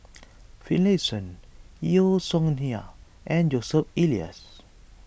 Finlayson Yeo Song Nian and Joseph Elias